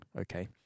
Okay